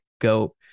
go